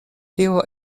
tio